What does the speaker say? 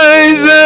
Rise